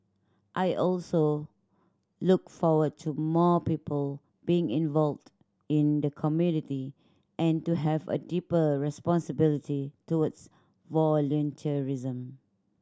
I also look forward to more people being involved in the community and to have a deeper responsibility towards volunteerism